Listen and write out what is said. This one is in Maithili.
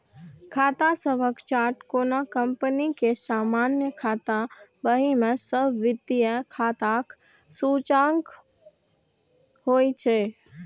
खाता सभक चार्ट कोनो कंपनी के सामान्य खाता बही मे सब वित्तीय खाताक सूचकांक होइ छै